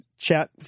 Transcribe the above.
chat